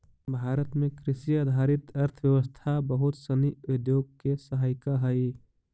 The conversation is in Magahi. भारत में कृषि आधारित अर्थव्यवस्था बहुत सनी उद्योग के सहायिका हइ